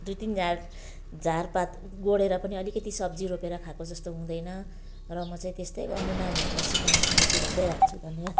दुई तिन झ्यार झारपात गोडेर पनि अलिकति सब्जी रोपेर खाएको जस्तो हुँदैन र म चाहिँ त्यस्तै गर्नु नानीहरूलाई सिकाउँछु म यति भन्दै राख्छु धन्यवाद